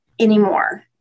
anymore